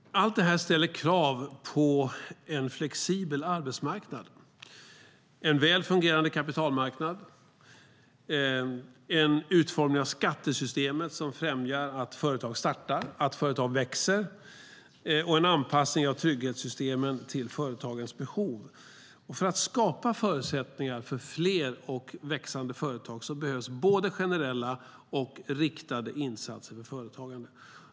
Allt detta ställer krav på en flexibel arbetsmarknad, en väl fungerande kapitalmarknad, en utformning av skattesystemet som främjar att företag startar, att företag växer och en anpassning av trygghetssystemen till företagens behov. För att skapa förutsättningar för fler och växande företag behövs både generella och riktade insatser för företagande.